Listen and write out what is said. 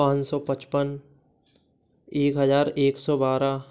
पाँच सौ पचपन एक हजार एक सौ बारह